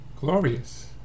glorious